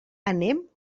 anem